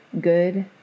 good